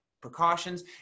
precautions